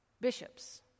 bishops